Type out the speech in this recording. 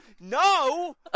No